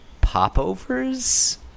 popovers